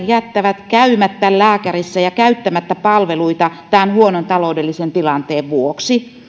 jättävät käymättä lääkärissä ja käyttämättä palveluita huonon taloudellisen tilanteen vuoksi